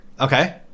Okay